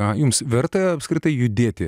ką jums verta apskritai judėti